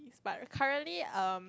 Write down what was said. but currently um